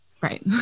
right